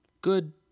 good